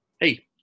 hey